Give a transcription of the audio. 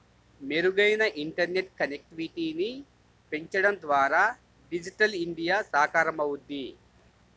మెరుగైన ఇంటర్నెట్ కనెక్టివిటీని పెంచడం ద్వారా డిజిటల్ ఇండియా సాకారమవుద్ది